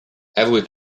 every